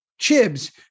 Chibs